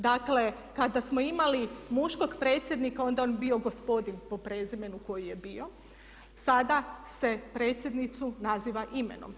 Dakle, kada smo imali muškog predsjednika onda je on bio gospodin po prezimenu koji je bio, sada se predsjednicu naziva imenom.